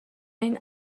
این